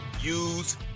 use